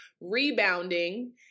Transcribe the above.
rebounding